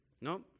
No